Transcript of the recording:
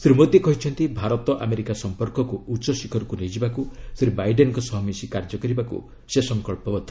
ଶ୍ରୀ ମୋଦି କହିଛନ୍ତି ଭାରତ ଆମେରିକା ସମ୍ପର୍କକୁ ଉଚ୍ଚ ଶିଖରକୁ ନେଇଯିବାକୁ ଶ୍ରୀ ବାଇଡେନ୍ଙ୍କ ସହ ମିଶି କାର୍ଯ୍ୟ କରିବାକୁ ସେ ସଙ୍କଚ୍ଚବଦ୍ଧ